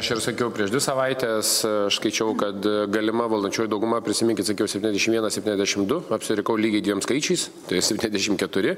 aš ir sakiau prieš dvi savaites skaičiavau kad galima valdančioji dauguma prisiminkit sakiauseptyniasdešim vienas septyniasdešim du apsirikau lygiai dviem skaičiais tai septyniasdešim keturi